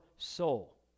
soul